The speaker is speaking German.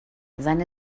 seine